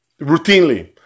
routinely